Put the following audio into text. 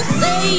say